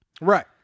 Right